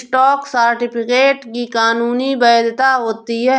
stock certificate की कानूनी वैधता होती है